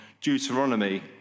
Deuteronomy